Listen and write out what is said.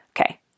Okay